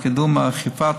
לקידום אכיפת